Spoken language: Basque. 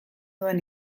duen